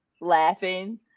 laughing